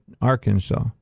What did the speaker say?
Arkansas